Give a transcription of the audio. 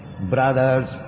brothers